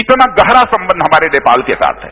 इतना गहरा संबंध हमारे नेपाल के साथ है